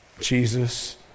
Jesus